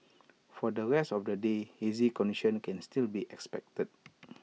for the rest of the day hazy conditions can still be expected